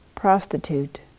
prostitute